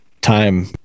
time